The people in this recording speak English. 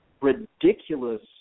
ridiculous